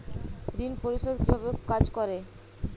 ঋণ পরিশোধ কিভাবে কাজ করে?